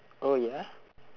oh ya